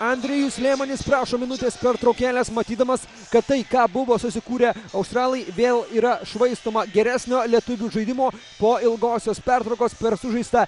andrejus liemanis prašo minutės pertraukėlės matydamas kad tai ką buvo susikūrę australai vėl yra švaistoma geresnio lietuvių žaidimo po ilgosios pertraukos per sužaistą